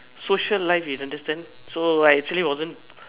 social life you understand so I actually wasn't